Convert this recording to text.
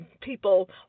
people